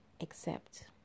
accept